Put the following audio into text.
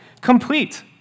complete